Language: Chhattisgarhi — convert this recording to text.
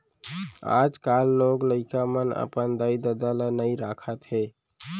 आजकाल लोग लइका मन अपन दाई ददा ल नइ राखत हें